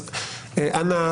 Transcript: אנא,